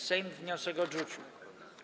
Sejm wniosek odrzucił.